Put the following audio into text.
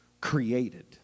created